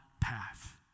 path